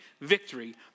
victory